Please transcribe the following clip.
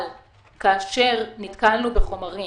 כאשר נתקלנו בחומרים